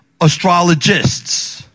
astrologists